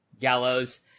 Gallows